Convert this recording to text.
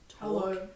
hello